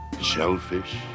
Shellfish